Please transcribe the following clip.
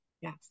Yes